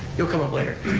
you'll come up later.